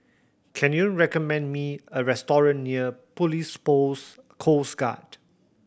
can you recommend me a restaurant near Police Post Coast Guard